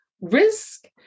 risk